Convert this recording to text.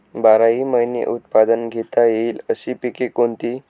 बाराही महिने उत्पादन घेता येईल अशी पिके कोणती?